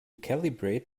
calibrate